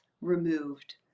removed